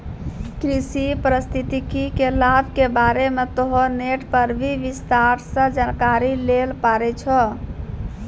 कृषि पारिस्थितिकी के लाभ के बारे मॅ तोहं नेट पर भी विस्तार सॅ जानकारी लै ल पारै छौ